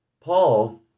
Paul